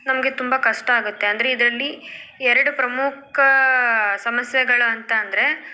ನಮಗೆ ತುಂಬ ಕಷ್ಟ ಆಗುತ್ತೆ ಅಂದರೆ ಇದರಲ್ಲಿ ಎರಡು ಪ್ರಮುಖ ಸಮಸ್ಯೆಗಳು ಅಂತ ಅಂದರೆ